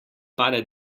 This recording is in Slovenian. pade